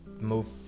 move